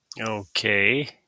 Okay